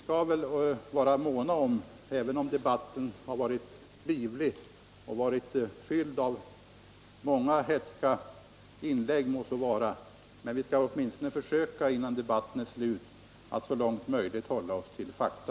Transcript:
Debatten i dag har visserligen varit livlig och innehållit många hätska inlägg, men man bör vara mån om att så långt möjligt hålla sig till fakta.